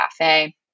cafe